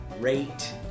rate